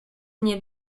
nie